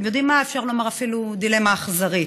אתם יודעים מה, אפשר לומר אפילו דילמה אכזרית.